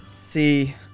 See